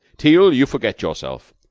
teal, you forget yourself!